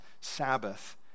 Sabbath